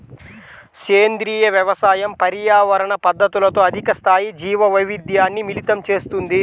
సేంద్రీయ వ్యవసాయం పర్యావరణ పద్ధతులతో అధిక స్థాయి జీవవైవిధ్యాన్ని మిళితం చేస్తుంది